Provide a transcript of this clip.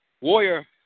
Warrior